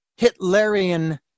Hitlerian